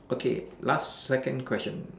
okay last second question